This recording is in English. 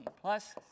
plus